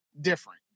different